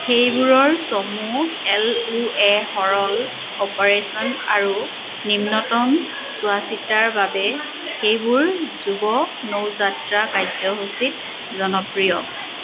সেইবোৰৰ চমু L O A সৰল অপাৰেশ্যন আৰু নিম্নতম চোৱা চিতাৰ বাবে সেইবোৰ যুৱ নৌযাত্ৰা কাৰ্যসূচীত জনপ্ৰিয়